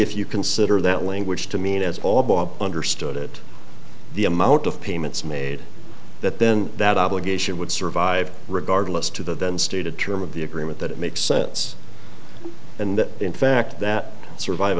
if you consider that language to mean as all bob understood it the amount of payments made that then that obligation would survive regardless to the then stated term of the agreement that it makes sense and that in fact that surviv